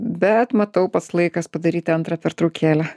bet matau pats laikas padaryti antrą pertraukėlę